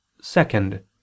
second